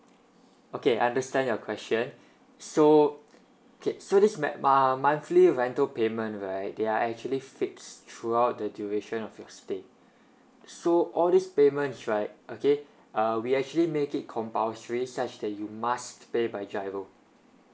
okay I understand your question so okay so this is met~ ma~ monthly rental payment right they are actually fix throughout the duration of your stay so all these payments right okay uh we actually make it compulsory such that you must pay by GIRO